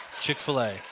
Chick-fil-A